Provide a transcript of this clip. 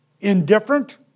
indifferent